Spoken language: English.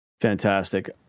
Fantastic